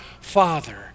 Father